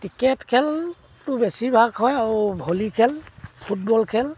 cricket খেলটো বেছিভাগ হয় আৰু ভলী খেল ফুটবল খেল